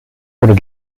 oder